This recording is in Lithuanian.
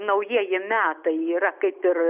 naujieji metai yra kaip ir